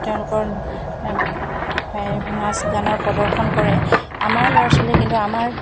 তেওঁলোকৰ হয় নাচ গানৰ প্ৰদৰ্শন কৰে আমাৰ ল'ৰা ছোৱালীয়ে কিন্তু আমাৰ